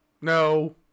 No